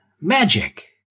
magic